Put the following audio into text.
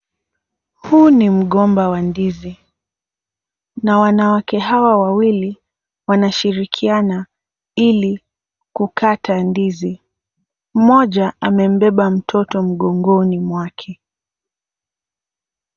Huu ni mgomba wa ndizi na wanawake hawa wawili wanashirikiana ili kukata ndizi. Mmoja amembeba mtoto mgongoni mwake.